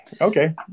okay